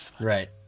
Right